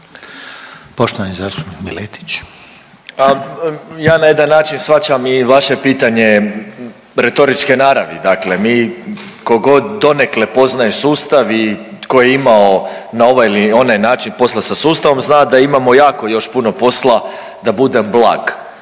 **Miletić, Marin (MOST)** A ja na jedan način shvaćam i vaše pitanje je retoričke naravi, dakle mi, ko god donekle poznaje sustav i tko je imao na ovaj ili onaj način posla sa sustavom zna da imamo jako još puno posla da budem blag